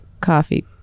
coffee